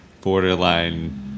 borderline